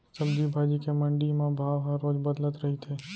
सब्जी भाजी के मंडी म भाव ह रोज बदलत रहिथे